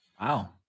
Wow